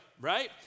right